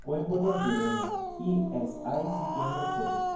कोइम्बटोर ज़िले में E S I C केंद्र खोजें